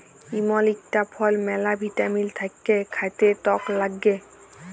ইমল ইকটা ফল ম্যালা ভিটামিল থাক্যে খাতে টক লাগ্যে